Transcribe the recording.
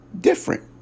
different